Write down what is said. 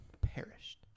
perished